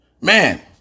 Man